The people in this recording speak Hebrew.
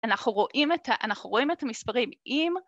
‫אנחנו רואים את המספרים אם...